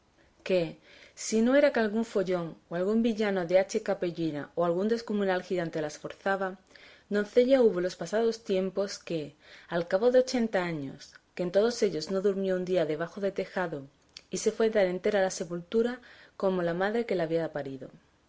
que si no era que algún follón o algún villano de hacha y capellina o algún descomunal gigante las forzaba doncella hubo en los pasados tiempos que al cabo de ochenta años que en todos ellos no durmió un día debajo de tejado y se fue tan entera a la sepultura como la madre que la había parido